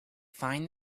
find